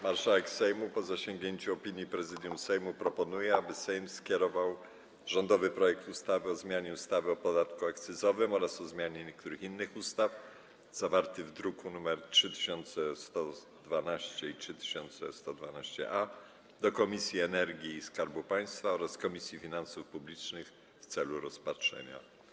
Marszałek Sejmu, po zasięgnięciu opinii Prezydium Sejmu, proponuje, aby Sejm skierował rządowy projekt ustawy o zmianie ustawy o podatku akcyzowym oraz o zmianie niektórych innych ustaw, zawarty w drukach nr 3112 i 3112-A, do Komisji do Spraw Energii i Skarbu Państwa oraz Komisji Finansów Publicznych w celu rozpatrzenia.